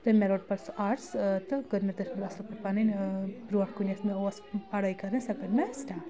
تہٕ مےٚ روٹ پَتہٕ سُہ آرٹٕس تہٕ کٔر مےٚ تٔتھۍ اَصٕل پٲٹھۍ پَنٕنۍ برونٛٹھ کُن یَتھ مےٚ اوس پڑٲے کَرٕنۍ سۄ کٔر مےٚ سٕٹاٹ